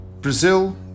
Brazil